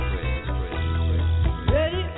Ready